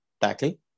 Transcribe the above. tackle